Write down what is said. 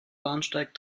bahnsteig